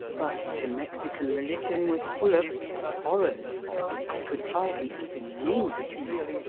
but the mexican religion was full of such horrors as i could hardly even name to you.